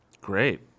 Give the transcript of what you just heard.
Great